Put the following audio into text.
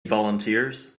volunteers